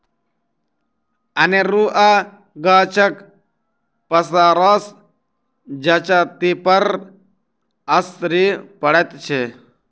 अनेरूआ गाछक पसारसँ जजातिपर असरि पड़ैत छै